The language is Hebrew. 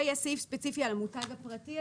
ויש סעיף ספציפי על המותג הפרטי,